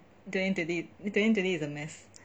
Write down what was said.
twenty twenty twenty twenty is a mess